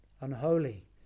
unholy